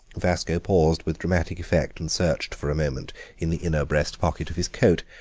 vasco paused with dramatic effect and searched for a moment in the inner breast-pocket of his coat.